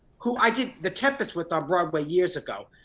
who i did the tempest with on broadway years ago.